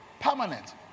permanent